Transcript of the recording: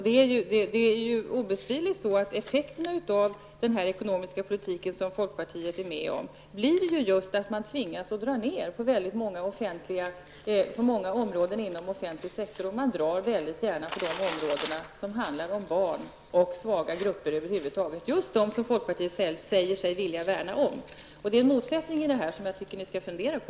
Det är obestridligt att effekterna av den ekonomiska politik som folkpartiet är med om blir just att man tvingas att dra ner på många områden inom offentligt sektor -- och man drar gärna in på de områden som handlar om barn och svaga grupper över huvud taget; just de grupper som folkpartiet säger sig vilja värna om. Här ligger en motsättning, och den tycker jag att ni skall ta och fundera på.